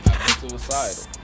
suicidal